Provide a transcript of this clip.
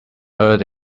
earth